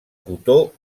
cotó